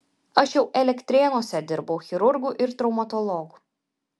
aš jau elektrėnuose dirbau chirurgu ir traumatologu